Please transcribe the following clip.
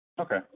Okay